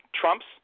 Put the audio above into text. Trump's